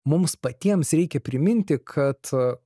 mums patiems reikia priminti kad